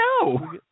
No